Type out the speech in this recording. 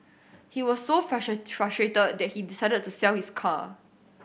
he was so frustrate frustrated that he decided to sell his car